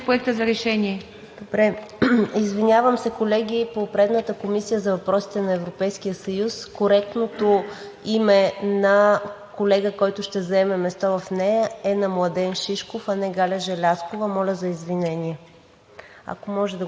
да бъде отразено в Проекта на решение. ДЕСИСЛАВА АТАНАСОВА: Извинявам се, колеги. По предната комисия по въпросите на Европейския съюз коректното име на колега, който ще заеме място в нея, е на Младен Шишков, а не Галя Желязкова. Моля за извинение!